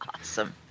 Awesome